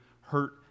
hurt